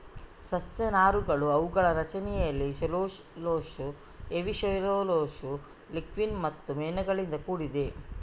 ಸಸ್ಯ ನಾರುಗಳು ಅವುಗಳ ರಚನೆಯಲ್ಲಿ ಸೆಲ್ಯುಲೋಸ್, ಹೆಮಿ ಸೆಲ್ಯುಲೋಸ್, ಲಿಗ್ನಿನ್ ಮತ್ತು ಮೇಣಗಳಿಂದ ಕೂಡಿದೆ